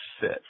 fit